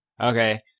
Okay